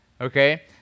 Okay